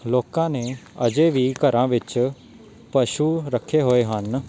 ਲੋਕਾਂ ਨੇ ਅਜੇ ਵੀ ਘਰਾਂ ਵਿੱਚ ਪਸ਼ੂ ਰੱਖੇ ਹੋਏ ਹਨ